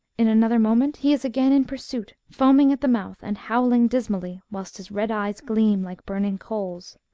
in another moment he is again in pursuit foaming at the mouth, and howling dismally, whilst his red eyes gleam like burning coals.